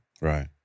Right